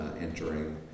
entering